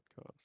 podcast